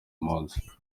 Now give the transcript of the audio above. munsi